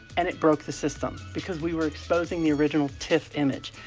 and it broke the system because we were exposing the original tif image.